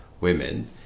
women